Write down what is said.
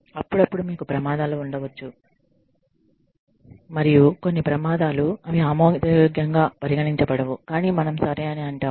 అప్పుడప్పుడు మీకు ప్రమాదాలు ఉండవచ్చు మరియు కొన్ని ప్రమాదాలు అవి ఆమోదయోగ్యంగా పరిగణించబడవు కానీ మనం సరే అని అంటాము